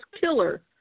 killer